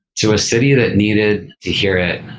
to a city that needed to hear it,